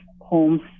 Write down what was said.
homes